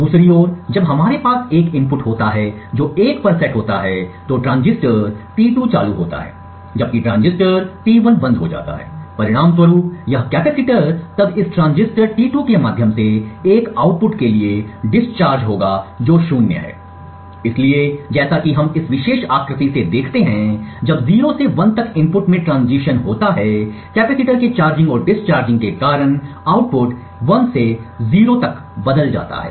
दूसरी ओर जब हमारे पास एक इनपुट होता है जो 1 पर सेट होता है तो ट्रांजिस्टर T2 चालू होता है जबकि ट्रांजिस्टर T1 बंद हो जाता है परिणामस्वरूप यह कैपेसिटर तब इस ट्रांजिस्टर T2 के माध्यम से एक आउटपुट के लिए डिस्चार्ज होगा जो 0 है इसलिए जैसा कि हम इस विशेष आकृति से देखते हैं जब 0 से 1 तक इनपुट में ट्रांजिशन होता है कैपेसिटर के चार्जिंग और डिस्चार्जिंग के कारण आउटपुट 1 से 0 तक बदल जाता है